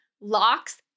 locks